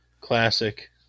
classic